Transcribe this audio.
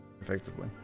effectively